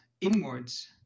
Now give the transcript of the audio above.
inwards